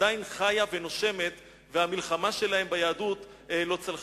עדיין חיה ונושמת, והמלחמה שלהם ביהדות לא צלחה.